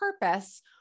purpose